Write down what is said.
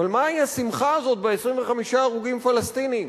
אבל מהי השמחה הזאת ב-25 הרוגים פלסטינים?